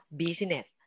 business